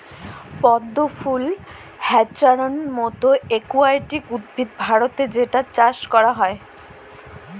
পদ্ম ফুল হ্যাছান্থর মতো একুয়াটিক উদ্ভিদ ভারতে যেটার চাষ করা হয়